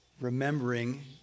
remembering